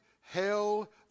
hell